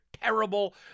terrible